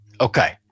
Okay